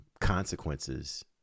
consequences